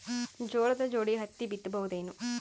ಜೋಳದ ಜೋಡಿ ಹತ್ತಿ ಬಿತ್ತ ಬಹುದೇನು?